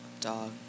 dog